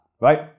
right